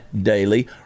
daily